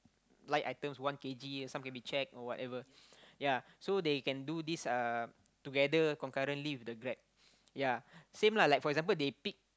light items one K_G some can be cheque or whatever yea so they can do this uh together concurrently with the Grab yea same lah like for example they pick